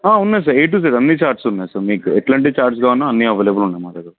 ఉన్నాయి sir A to Z అన్ని charts ఉన్నాయి సార్ మీకు ఎట్లాంటి చార్ట్స్ కావాలన్నా అన్ని అవైలబుల్ ఉన్నాయి మా దగ్గర